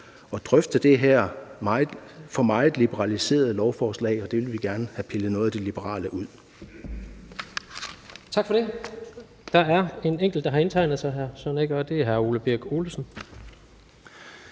at drøfte det her for meget liberaliserede lovforslag. Vi vil gerne have pillet noget af det liberale ud.